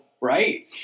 right